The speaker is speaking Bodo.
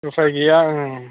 उफाय गैया